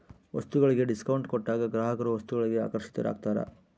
ವಸ್ತುಗಳಿಗೆ ಡಿಸ್ಕೌಂಟ್ ಕೊಟ್ಟಾಗ ಗ್ರಾಹಕರು ವಸ್ತುಗಳಿಗೆ ಆಕರ್ಷಿತರಾಗ್ತಾರ